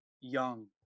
Young